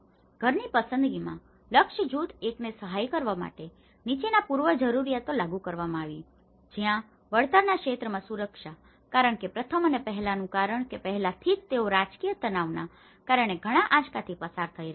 ઘરની પસંદગીમાં લક્ષ્ય જૂથ એકને સહાય કરવા માટે નીચેના પૂર્વજરૂરીયાતો લાગુ કરવામાં આવી છે જ્યાં વળતરના ક્ષેત્રમાં સુરક્ષા કારણ કે પ્રથમ અને પહેલાનું કારણ કે પહેલાથી જ તેઓ રાજકીય તનાવના કારણે ઘણા આંચકાથી પસાર થઈ રહ્યા છે